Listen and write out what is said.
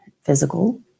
physical